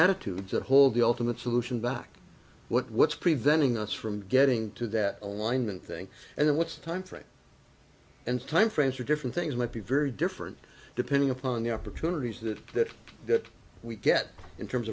attitudes that hold the ultimate solution back what's preventing us from getting to that alignment thing and then what's the timeframe and time frames are different things might be very different depending upon the opportunities that that that we get in terms